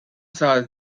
sar